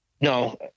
no